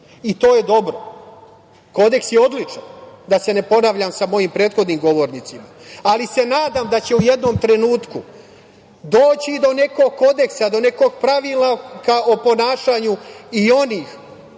i to je dobro. Kodeks je odličan, da se ne ponavljam sa mojim prethodnim govornicima, ali se nadam se da će u jednom trenutku doći do nekog kodeksa, do nekog pravila o ponašanju i onih